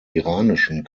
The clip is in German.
iranischen